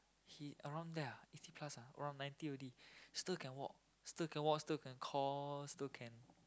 he around there ah eighty plus around ninety already still can walk still can walk still can call still can